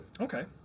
Okay